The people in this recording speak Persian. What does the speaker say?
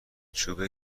چوب